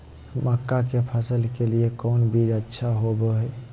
मक्का के फसल के लिए कौन बीज अच्छा होबो हाय?